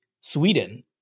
Sweden